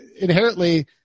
inherently